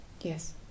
Yes